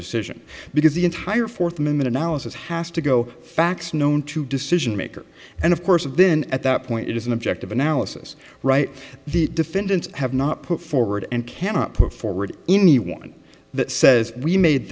decision because the entire fourth amendment analysis has to go facts known to decision maker and of course and then at that point it is an objective analysis right the defendants have not put forward and cannot put forward anyone that says we made